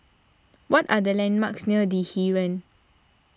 what are the landmarks near the Heeren